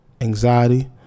anxiety